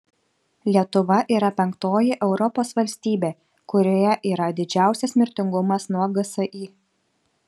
lietuva yra penktoji europos valstybė kurioje yra didžiausias mirtingumas nuo gsi